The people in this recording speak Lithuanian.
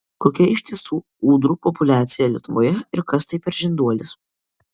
kokia iš tiesų ūdrų populiacija lietuvoje ir kas tai per žinduolis